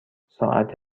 ساعت